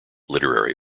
literary